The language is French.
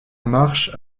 marche